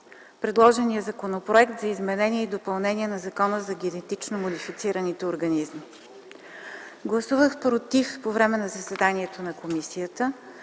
предложения Законопроект за изменение и допълнение на Закона за генетично модифицираните организми. Гласувах против на заседанието на комисията